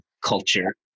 culture